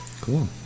Cool